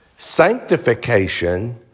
sanctification